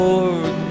Lord